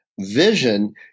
Vision